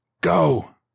Go